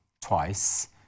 twice